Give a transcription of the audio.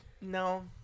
no